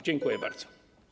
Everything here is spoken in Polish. Dziękuję bardzo.